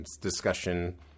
discussion